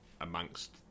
amongst